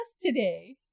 today